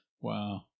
Wow